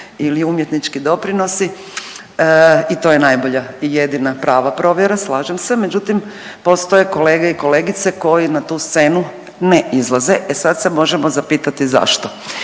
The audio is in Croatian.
ili umjetnički doprinosi i to je najbolja i jedina prava provjera, slažem se, međutim postoje kolege i kolegice koji na tu scenu ne izlaze, e sad se možemo zapitati zašto.